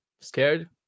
Scared